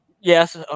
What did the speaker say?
Yes